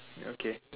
ya okay